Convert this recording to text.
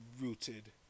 rooted